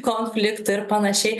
konfliktų ir panašiai